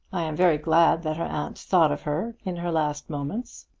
i am very glad that her aunt thought of her in her last moments.